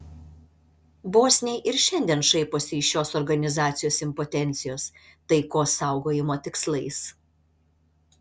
bosniai ir šiandien šaiposi iš šios organizacijos impotencijos taikos saugojimo tikslais